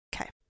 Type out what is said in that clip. Okay